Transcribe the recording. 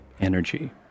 energy